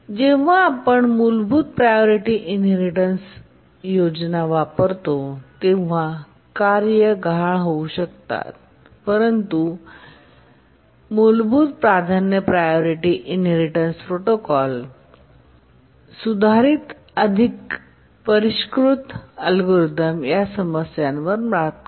जेव्हा आम्ही मूलभूत प्रायोरिटी इनहेरिटेन्स योजना वापरतो तेव्हा कार्ये गहाळ होऊ शकतात परंतु मूलभूत प्राधान्यप्रायोरिटी इनहेरिटेन्स प्रोटोकॉल च्या आधारे सुधारित अधिक परिष्कृत अल्गोरिदम या समस्यांवर मात करतात